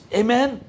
amen